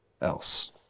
else